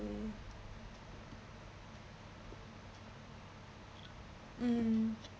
mm mm